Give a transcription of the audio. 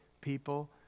people